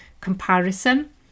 comparison